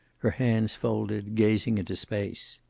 her hands folded, gazing into space.